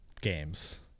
games